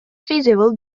feasible